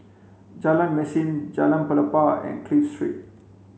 Jalan Mesin Jalan Pelepah and Clive Street